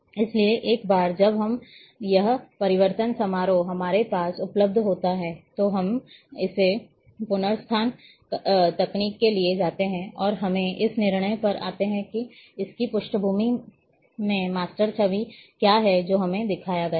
इसलिए एक बार जब यह परिवर्तन समारोह हमारे पास उपलब्ध होता है तो हम इस पुनरुत्थान तकनीक के लिए जाते हैं और हमें इस निर्णय पर आते हैं कि इसकी पृष्ठभूमि में मास्टर छवि क्या है जो हमें दिखाया गया है